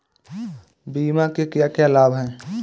बीमा के क्या क्या लाभ हैं?